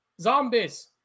Zombies